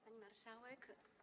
Pani Marszałek!